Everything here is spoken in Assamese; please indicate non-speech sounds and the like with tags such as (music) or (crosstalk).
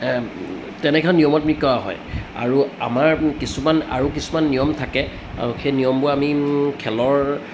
তেনেখন নিয়মত (unintelligible) হয় আৰু আমাৰ কিছুমান আৰু কিছুমান নিয়ম থাকে আৰু সেই নিয়মবোৰ আমি খেলৰ